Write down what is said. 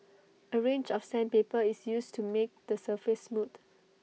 A range of sandpaper is used to make the surface smooth